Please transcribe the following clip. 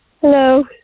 Hello